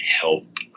help